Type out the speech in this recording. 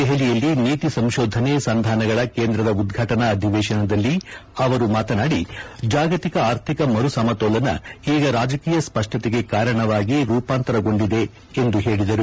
ದೆಹಲಿಯಲ್ಲಿ ನೀತಿ ಸಂಶೋಧನೆ ಸಂಧಾನಗಳ ಕೇಂದ್ರದ ಉದ್ಘಾಟನಾ ಅಧಿವೇಶದಲ್ಲಿ ಅವರು ಮಾತನಾದಿ ಜಾಗತಿಕ ಆರ್ಥಿಕ ಮರುಸಮತೋಲನ ಈಗ ರಾಜಕೀಯ ಸ್ಪಷ್ಟತೆಗೆ ಕಾರಣವಾಗಿ ರೂಪಾಂತರಗೊಂಡಿದೆ ಎಂದು ಹೇಳಿದರು